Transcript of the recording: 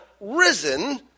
risen